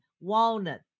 walnut